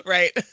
Right